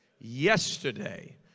Yesterday